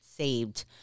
Saved